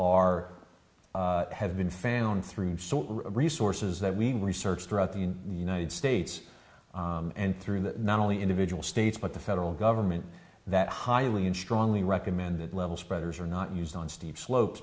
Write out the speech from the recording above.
are have been found through resources that we researched throughout the united states and through the not only individual states but the federal government that highly and strongly recommend that level spreaders are not used on steep slope